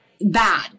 bad